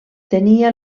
tenia